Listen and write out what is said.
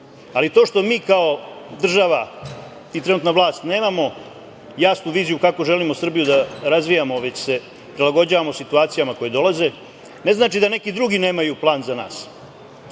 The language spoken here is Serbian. ali to što mi kao država i trenutna vlast nemamo jasnu viziju kako želimo Srbiju da razvijamo, već se prilagođavamo situacijama koje dolaze, ne znači da neki drugi nemaju plan za nas